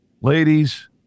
ladies